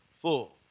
full